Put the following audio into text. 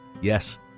Yes